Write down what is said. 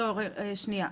שנייה.